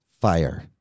fire